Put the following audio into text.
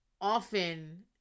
often